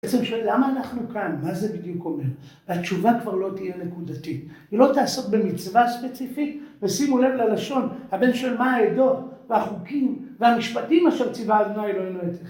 בעצם שואל למה אנחנו כאן, מה זה בדיוק אומר, והתשובה כבר לא תהיה נקודתית. היא לא תעסוק במצווה ספציפית, ושימו לב ללשון, הבן שואל מה העדות, והחוקים והמשפטים אשר ציווה אדני אלוהינו אליכם